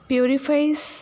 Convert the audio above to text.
Purifies